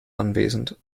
anwesend